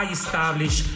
establish